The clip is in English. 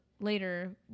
later